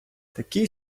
такий